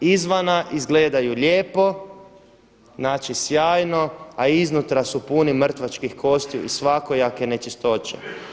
Izvana izgledaju lijepo, znači sjajno, a iznutra su puni mrtvačkih kostiju i svakojake nečistoće.